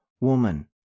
Woman